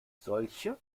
solche